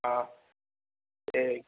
ਹਾਂ ਅਤੇ